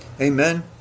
Amen